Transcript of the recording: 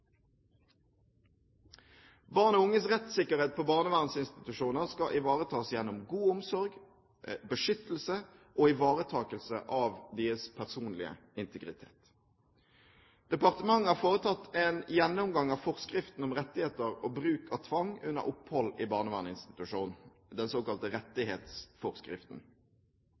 Barn og unges rettssikkerhet på barnevernsinstitusjoner skal ivaretas gjennom god omsorg, beskyttelse og ivaretakelse av deres personlige integritet. Departementet har foretatt en gjennomgang av forskriften om rettigheter og bruk av tvang under opphold i barnevernsinstitusjon, den såkalte rettighetsforskriften.